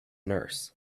nurse